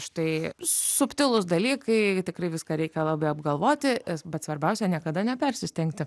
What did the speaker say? štai subtilūs dalykai tikrai viską reikia labai apgalvoti bet svarbiausia niekada nepersistengti